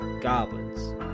goblins